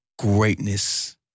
greatness